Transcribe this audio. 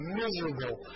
miserable